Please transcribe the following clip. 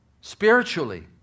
spiritually